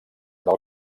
del